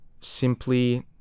simply